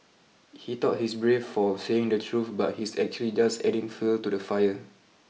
he thought he's brave for saying the truth but he's actually just adding fuel to the fire